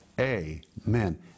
amen